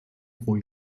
pro